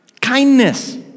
kindness